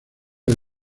del